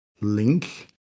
link